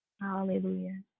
Hallelujah